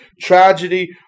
tragedy